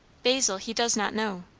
basil he does not know.